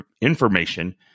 information